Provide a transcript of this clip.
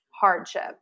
hardship